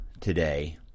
today